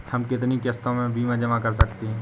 हम कितनी किश्तों में बीमा जमा कर सकते हैं?